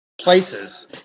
places